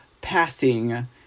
passing